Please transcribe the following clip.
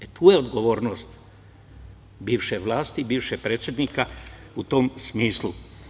E, tu je odgovornost bivše vlasti, bivšeg predsednika u tom smislu.